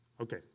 Okay